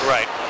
Right